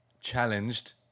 challenged